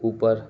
ऊपर